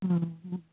अहाँ जाउ